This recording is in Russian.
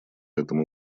этому